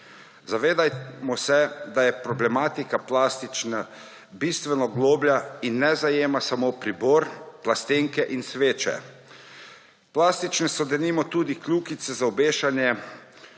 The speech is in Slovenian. Zavedamo se, da je problematika plastike bistveno globlja in ne zajema samo pribora, plastenk in sveč. Plastične so, denimo, tudi kljukice za obešanje,